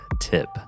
tip